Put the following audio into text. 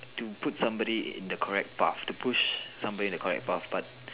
to put somebody in the correct path to push somebody in the correct path but